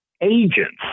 agents